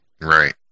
Right